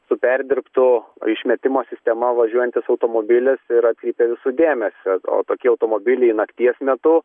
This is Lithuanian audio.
su perdirbtu išmetimo sistema važiuojantis automobilis ir atkreipia visų dėmesį o tokie automobiliai nakties metu